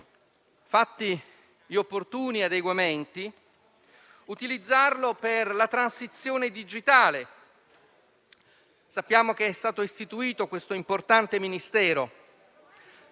fatti gli opportuni adeguamenti, possiamo utilizzarle per la transizione digitale: sappiamo che è stato istituito questo importante Ministero.